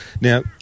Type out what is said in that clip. Now